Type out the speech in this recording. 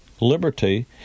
Liberty